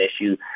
issue